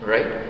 Right